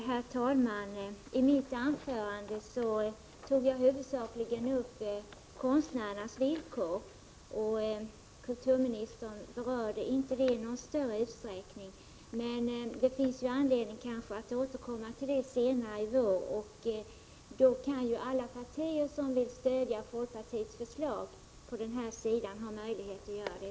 Herr talman! I mitt anförande tog jag huvudsakligen upp frågan om konstnärernas villkor, men kulturministern berörde inte den saken i någon större utsträckning. Det finns emellertid anledning att återkomma till detta senare i vår, och alla partier som vill stödja folkpartiets förslag på den här sidan har ju möjlighet att göra det.